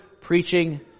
preaching